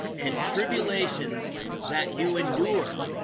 and tribulations that you endure